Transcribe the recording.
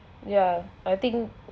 ya I think